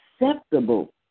acceptable